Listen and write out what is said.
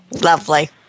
Lovely